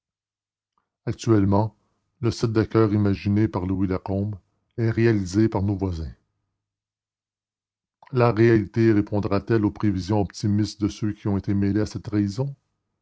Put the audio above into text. actuellement le sept de coeur imaginé par louis lacombe est réalisé par nos voisins la réalité répondra t elle aux prévisions optimistes de ceux qui ont été mêlés à cette trahison